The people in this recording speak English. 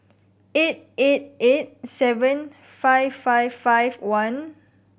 eight eight eight seven five five five one